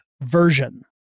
version